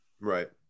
Right